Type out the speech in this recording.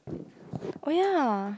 oh ya